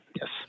Yes